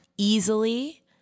easily